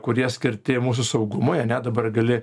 kurie skirti mūsų saugumui ane dabar gali